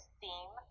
theme